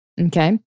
okay